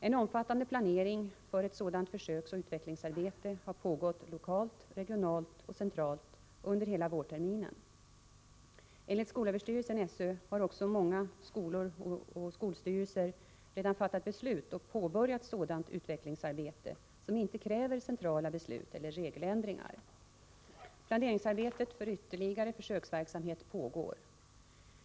En omfattande planering för ett sådant försöksoch utvecklingsarbete har pågått lokalt, regionalt och centralt under hela vårterminen. Enligt skolöverstyrelsen har också många skolor och skolstyrelser redan fattat beslut om och påbörjat sådant utvecklingsarbete som inte kräver centrala beslut eller regeländringar. Planeringsarbete för ytterligare försöksverksamhet pågår.